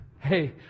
Hey